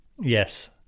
Yes